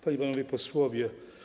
Panie i Panowie Posłowie!